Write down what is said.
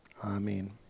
Amen